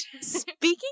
Speaking